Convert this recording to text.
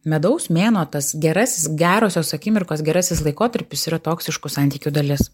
medaus mėnuo tas gerasis gerosios akimirkos gerasis laikotarpis yra toksiškų santykių dalis